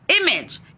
image